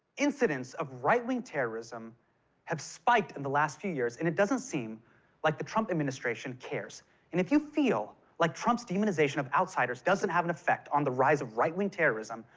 incidents of right-wing terrorism have spiked in the last few years, and it doesn't seem like the trump administration cares. and if you feel like trump's demonization of outsiders doesn't have an effect on the rise of right-wing terrorism,